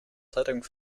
zeitung